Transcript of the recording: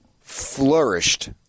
flourished